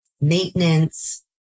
maintenance